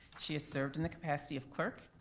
she has served in the capacity of clerk,